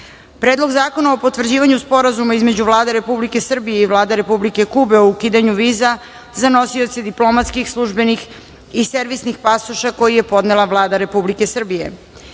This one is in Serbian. Predlog zakona o potvrđivanju Sporazuma između Vlade Republike Srbije i Vlade Republike Kube o ukidanju viza za nosioce diplomatskih, službenih i servisnih pasoša, koji je podnela Vlada Republike Srbije;14.